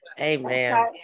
Amen